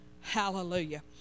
Hallelujah